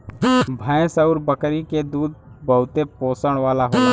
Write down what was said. भैंस आउर बकरी के दूध बहुते पोषण वाला होला